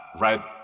right